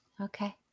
Okay